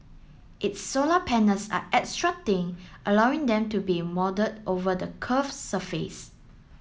its solar panels are extra thin allowing them to be moulded over the curved surfaces